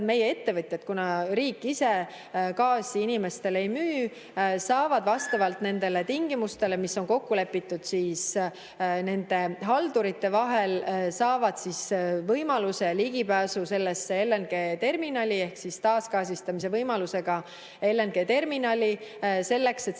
Meie ettevõtjad, kuna riik ise gaasi inimestele ei müü, saavad vastavalt nendele tingimustele, mis on kokku lepitud haldurite vahel, võimaluse, ligipääsu sellele LNG-terminalile ehk taasgaasistamise võimalusega LNG-terminalile selleks, et